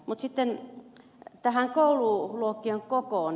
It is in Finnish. mutta sitten koululuokkien kokoon